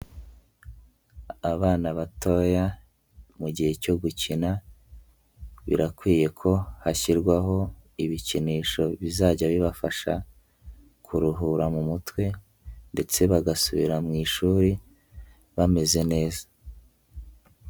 Abana batoya mu gihe cyo gukina, birakwiye ko hashyirwaho ibikinisho bizajya bibafasha kuruhura mu mutwe ndetse bagasubira mu ishuri bameze neza.